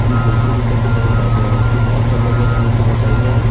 जी दो सौ रुपये तो बहुत ज़्यादा है कुछ ऑफर वगैरह है तो बताइए आप